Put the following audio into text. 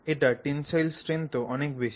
এটার tensile strength ও অনেক বেশি